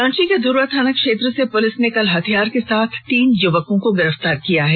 रांची में धुर्वा थाना क्षेत्र से पुलिस ने कल हथियार के साथ तीन युवकों को गिरफ्तार किया है